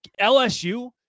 LSU